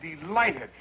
delighted